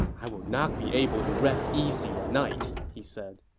i will not be able to rest easy at night! he said